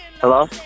Hello